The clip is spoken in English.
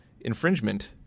infringement